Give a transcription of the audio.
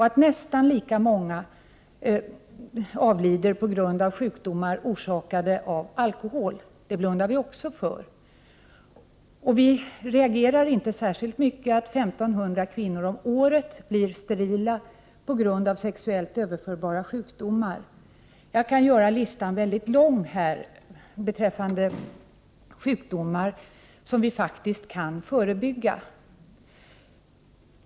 Att nästan lika många avlider på grund av sjukdomar orsakade av alkohol — det blundar vi också för. Och vi reagerar inte särskilt mycket inför att 1 500 kvinnor om året blir sterila på grund av sexuellt överförbara sjukdomar. Jag kan göra listan mycket lång beträffande sjukdomar som vi faktiskt kan förebygga.